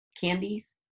candies